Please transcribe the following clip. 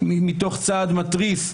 מתוך צעד מתריס,